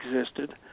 existed